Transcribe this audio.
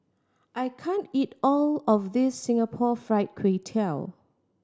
I can't eat all of this Singapore Fried Kway Tiao